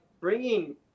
bringing